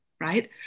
right